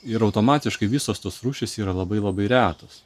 ir automatiškai visos tos rūšys yra labai labai retos